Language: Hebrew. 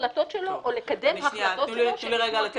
החלטות שלו או לקדם החלטות שלו